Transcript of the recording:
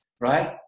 right